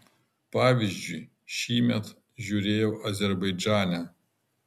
pavyzdžiui šįmet žiūrėjau azerbaidžane